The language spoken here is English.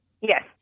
Yes